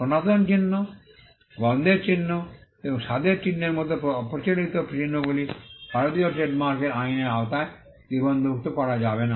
সনাতন চিহ্ন গন্ধের চিহ্ন এবং স্বাদের চিহ্নের মতো অপ্রচলিত চিহ্নগুলি ভারতীয় ট্রেডমার্ক আইনের আওতায় নিবন্ধভুক্ত করা যাবে না